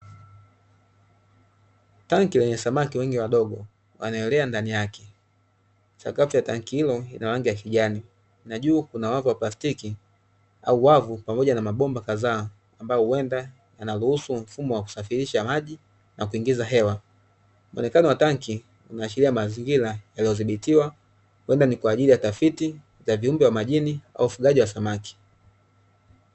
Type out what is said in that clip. Tenki lenye samaki wengi wadogo wanaelea ndani yake, sakafu ya tenki hilo ina rangi ya kijani na juu kuna wavu la plastiki au wavu pamoja na mabomba kadhaa, ambao huenda yanaruhusu mfumo wa kusafirisha maji na kuingiza hewa. Muonekano wa tenki unaashiria mazingira yaliyothibitiwa huenda ni kwa ajili ya tafiti ya viumbe wa majini kwa ufugaji wa samaki.